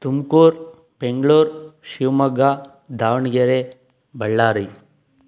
Tumakuru Bengaluru Shivamogga Davanagere Ballari